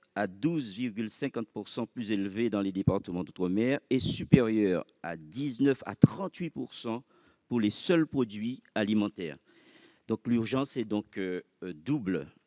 à 12,5 % plus élevés dans les départements d'outre-mer, et supérieurs de 19 % à 38 % pour les seuls produits alimentaires. L'urgence est donc double